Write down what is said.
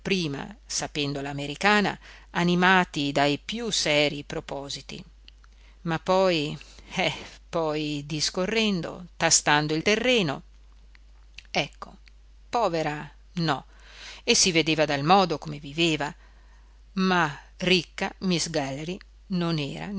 dapprima sapendola americana animati dai più serii propositi ma poi eh poi discorrendo tastando il terreno ecco povera no e si vedeva dal modo come viveva ma ricca miss galley non era